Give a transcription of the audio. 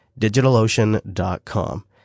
DigitalOcean.com